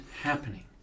happening